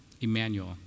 Emmanuel